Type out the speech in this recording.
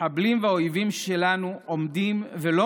המחבלים והאויבים שלנו עומדים ולא